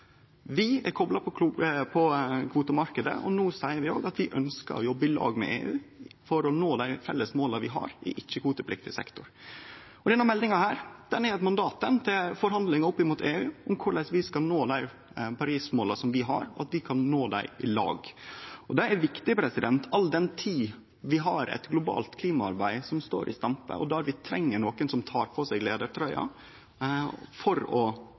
Vi er kopla på kvotemarknaden, og no seier vi òg at vi ønskjer å jobbe i lag med EU for å nå dei felles måla vi har i ikkje-kvotepliktig sektor. Denne meldinga er eit mandat til forhandlingar opp mot EU om korleis vi skal nå dei Paris-måla, og at vi kan nå dei i lag. Det er viktig, all den tid vi har eit globalt klimaarbeid som står i stampe, og der vi treng nokon som tek på seg leiartrøya for å